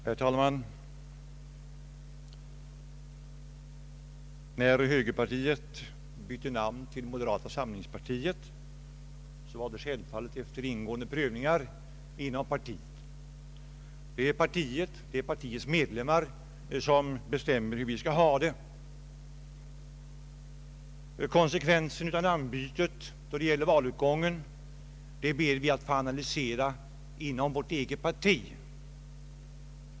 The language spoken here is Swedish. Herr talman! När högerpartiet bytte namn till moderata samlingspartiet skedde det självfallet efter ingående prövningar inom partiet. Det är partiets medlemmar som bestämmer hur vi skall ha det. Konsekvensen av namnbytet då det gäller valutgången ber vi att få analysera inom vårt eget parti.